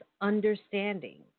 understanding